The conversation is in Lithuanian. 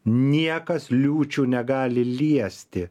niekas liūčių negali liesti